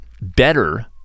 better